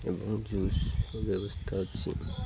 ଏବଂ ଜୁସ୍ ବ୍ୟବସ୍ଥା ଅଛି